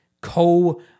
Co